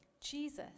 Jesus